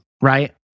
right